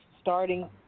starting